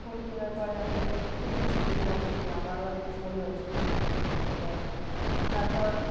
phone কেনার পরে আমি খুব খুশি হয়েছিলাম যে আমারও একটা ফোন হয়েছে এবার তারপর